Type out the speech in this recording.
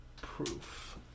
proof